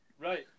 Right